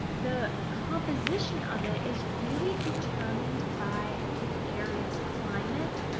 the composition of it is really determined by the area's climate,